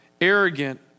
arrogant